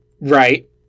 right